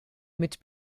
mit